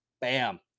Bam